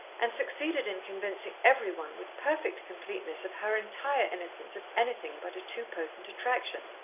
and succeeded in convincing every one with perfect completeness of her entire innocence of anything but a too potent attraction.